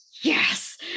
yes